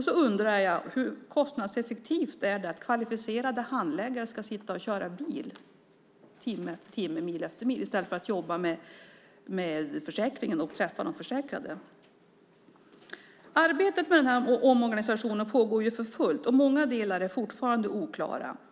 Jag undrar också hur kostnadseffektivt det är att kvalificerade handläggare ska sitta och köra bil mil efter mil i stället för att jobba med försäkringen och träffa de försäkrade? Arbetet med den här omorganisationen pågår för fullt. Många delar är fortfarande oklara.